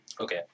Okay